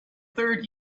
third